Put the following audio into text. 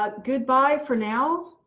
ah goodbye for now,